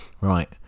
right